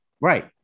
right